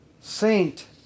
saint